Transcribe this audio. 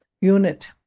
unit